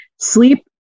Sleep